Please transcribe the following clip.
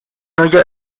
hoyo